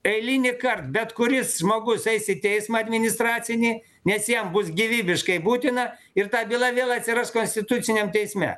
eilinį kart bet kuris žmogus eis į teismą administracinį nes jam bus gyvybiškai būtina ir ta byla vėl atsiras konstituciniam teisme